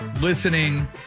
listening